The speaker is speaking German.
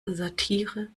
satire